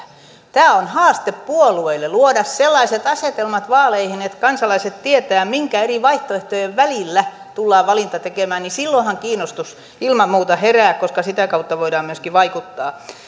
tämä on haaste puolueille luoda vaaleihin sellaiset asetelmat että kansalaiset tietävät minkä eri vaihtoehtojen välillä tullaan valinta tekemään silloinhan kiinnostus ilman muuta herää koska sitä kautta voidaan myöskin vaikuttaa